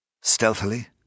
Stealthily